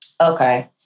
okay